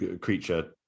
creature